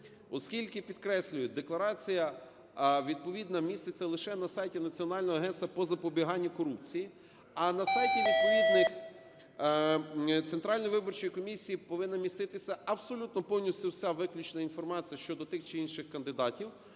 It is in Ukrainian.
Оскільки, підкреслюю, декларація відповідна міститься лише на сайті Національного агентства по запобіганню корупції, а на сайті відповідно Центральної виборчої комісії повинна міститися абсолютно повністю, вся виключно інформація щодо тих чи інших кандидатів,